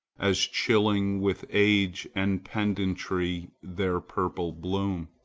as chilling with age and pedantry their purple bloom.